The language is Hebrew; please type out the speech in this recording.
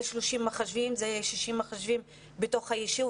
זה אומר 30 או 60 מחשבים בישוב.